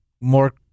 more